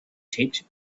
taped